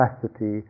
capacity